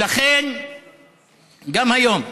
לכן גם היום,